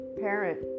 parent